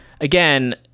again